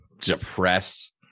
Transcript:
depressed